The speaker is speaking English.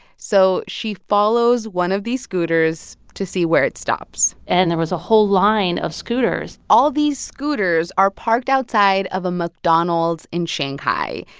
so she follows one of these scooters to see where it stops and there was a whole line of scooters all these scooters are parked outside of a mcdonald's in shanghai.